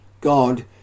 God